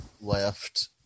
left